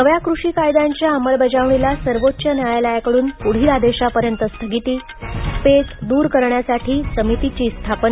नव्या कृषी कायद्यांच्या अमलबजावणीला सर्वोच्च न्यायालयाकडून पुढील आदेशापर्यंत स्थगिती पेच दूर करण्यासाठी समितीची स्थापना